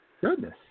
Goodness